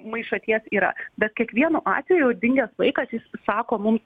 maišaties yra bet kiekvienu atveju jau dingęs vaikas jis sako mums